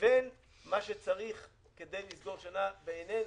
לבין מה שצריך כדי לסגור שנה, בעינינו,